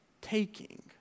taking